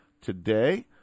today